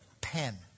pen